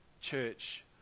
church